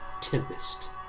Tempest